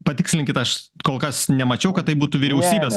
patikslinkit aš kol kas nemačiau kad tai būtų vyriausybės